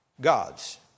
God's